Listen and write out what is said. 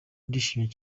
ndishimye